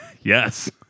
yes